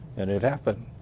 and it happened.